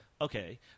okay